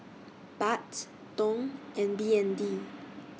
Baht Dong and B N D